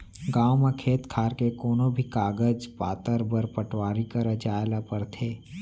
गॉंव म खेत खार के कोनों भी कागज पातर बर पटवारी करा जाए ल परथे